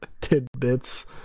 tidbits